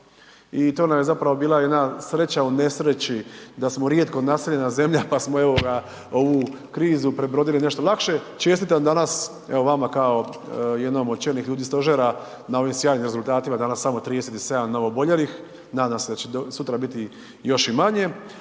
i to nam je zapravo bila jedna sreća u nesreći da smo rijetko naseljena zemlja, pa smo ovoga ovu krizu prebrodili nešto lakše. Čestitam danas evo vama kao jednom od čelnih ljudi stožera na ovim sjajnim rezultatima, danas samo 37 novooboljelih, nadam se da će sutra biti još i manje.